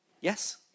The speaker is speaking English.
Yes